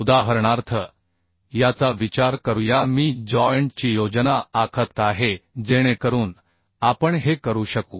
उदाहरणार्थ याचा विचार करूया मी जॉइंट ची योजना आखत आहे जेणेकरून आपण हे करू शकू